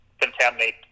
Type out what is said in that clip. contaminate